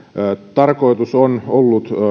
tarkoitus on ollut